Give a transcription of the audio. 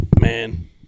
Man